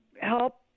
help –